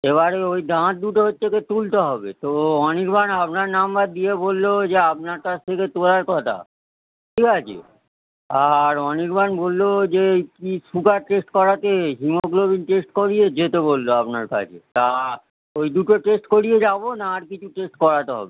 এবারে ওই দাঁত দুটো হচ্ছে গিয়ে তুলতে হবে তো অনির্বাণ আপনার নম্বর দিয়ে বললো যে আপনার কাছ থেকে তোলার কথা ঠিক আছে আর অনির্বাণ বললো যে কি সুগার টেস্ট করাতে হিমোগ্লোবিন টেস্ট করিয়ে যেতে বললো আপনার কাছে তা ওই দুটো টেস্ট করিয়ে যাবো না আর কিছু টেস্ট করাতে হবে